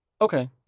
okay